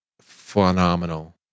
phenomenal